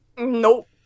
nope